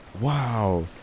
Wow